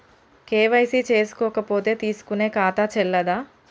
KYC చేసుకోకపోతే తీసుకునే ఖాతా చెల్లదా?